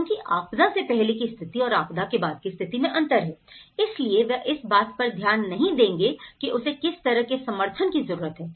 क्योंकि आपदा से पहले की स्थिति और आपदा के बाद की स्थिति में अंतर है इसलिए वे इस बात पर ध्यान नहीं देंगे कि उसे किस तरह के समर्थन की जरूरत है